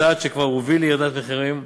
צעד שכבר הוביל לירידת מחירים.